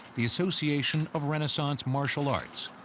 the association of renaissance martial arts,